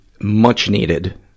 much-needed